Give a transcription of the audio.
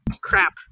crap